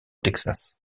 texas